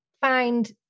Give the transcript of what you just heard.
find